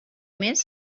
més